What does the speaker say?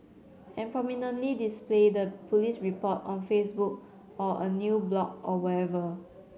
and prominently display the police report on Facebook or a new blog or wherever